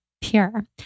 Pure